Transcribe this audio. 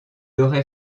aurait